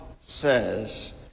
says